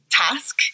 task